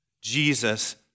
Jesus